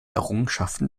errungenschaften